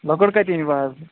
لکٕر کتہٕ أنۍوٕ آز